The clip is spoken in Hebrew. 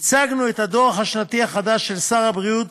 הצגנו את הדוח השנתי החדש של שר הבריאות